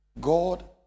God